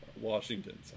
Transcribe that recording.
Washington